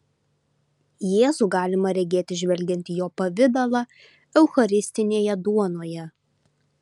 jėzų galima regėti žvelgiant į jo pavidalą eucharistinėje duonoje